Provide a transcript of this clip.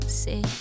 say